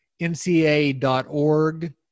nca.org